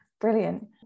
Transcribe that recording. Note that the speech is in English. Brilliant